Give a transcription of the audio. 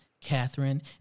Catherine